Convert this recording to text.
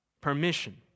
permission